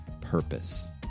purpose